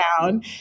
down